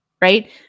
Right